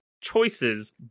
choices